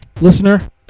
Listener